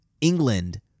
England